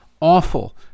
awful